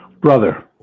Brother